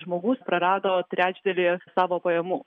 žmogus prarado trečdalį savo pajamų